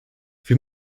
wir